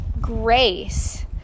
grace